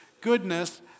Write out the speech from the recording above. goodness